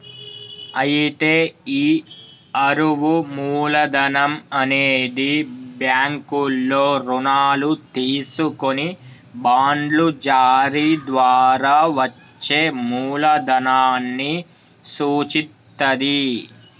అయితే ఈ అరువు మూలధనం అనేది బ్యాంకుల్లో రుణాలు తీసుకొని బాండ్లు జారీ ద్వారా వచ్చే మూలదనాన్ని సూచిత్తది